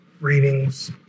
readings